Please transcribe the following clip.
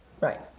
Right